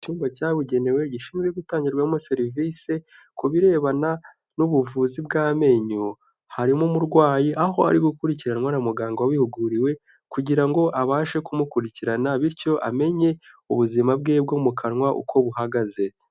Icyumba cyabugenewe gishinzwe gutangirwamo serivisi ku birebana n'ubuvuzi bw'amenyo harimo umurwayi aho ari gukurikiranwa na muganga wabihuguriwe kugira ngo abashe kumukurikirana bityo amenye ubuzima bwe bwo mu kanwa uko buhagaze.